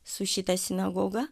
su šita sinagoga